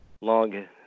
long